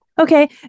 Okay